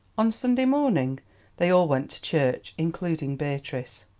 on sunday morning they all went to church, including beatrice.